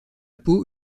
peau